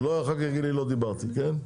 שלא אחר יגיד לי לא דיברתי, כן?